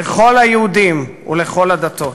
לכל היהודים ולכל הדתות.